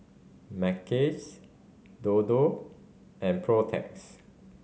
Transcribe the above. Mackays Dodo and Protex